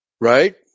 right